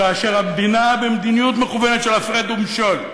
כאשר המדינה במדיניות מכוונת של הפרד ומשול.